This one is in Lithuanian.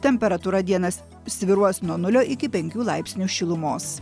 temperatūra dieną s svyruos nuo nulio iki penkių laipsnių šilumos